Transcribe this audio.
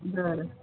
बरं